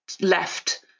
left